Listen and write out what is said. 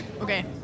Okay